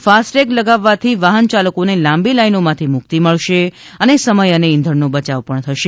FASTag લગાવવાથી વાહન ચાલકોને લાંબી લાઈનોમાંથી મુક્તિ મળશે અને સમય અને ઈંધણનો બચાવ પણ થશે